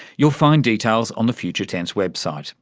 you'll find details on the future tense website,